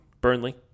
Burnley